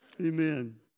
Amen